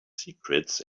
secrets